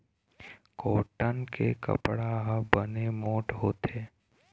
cotton के कपड़ा ह बने मोठ्ठ होथे